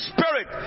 Spirit